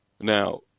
now